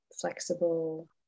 flexible